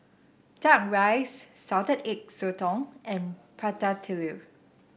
duck rice Salted Egg Sotong and Prata Telur